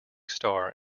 star